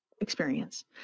experience